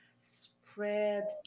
Spread